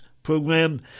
Program